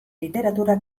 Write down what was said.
literatura